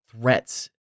threats